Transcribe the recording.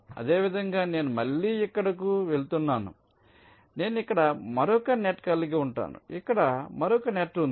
అదేవిధంగా నేను మళ్ళీ ఇక్కడకు వెళుతున్నాను నేను ఇక్కడ మరొక నెట్ కలిగి ఉంటాను ఇక్కడ మరొక నెట్ ఉంటుంది